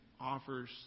offers